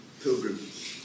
pilgrims